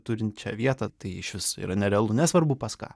turinčią vietą tai išvis yra nerealu nesvarbu pas ką